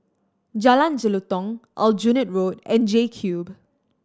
Jalan Jelutong Aljunied Road and JCube